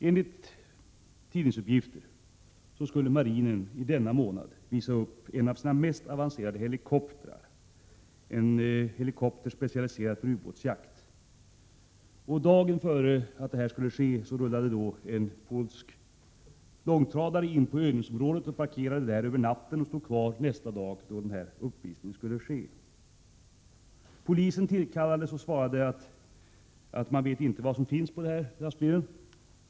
Enligt tidningsuppgifter skulle marinen denna månad visa upp en av sina mest avancerade helikoptrar, en helikopter specialiserad för ubåtsjakt. Dagen innan detta skulle ske rullade en polsk långtradare in på övningsområdet, parkerade där över natten och stod kvar nästa dag, då uppvisningen skulle ske. Polisen tillkallades och gav beskedet att man inte visste vad som fanns i långtradaren.